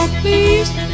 please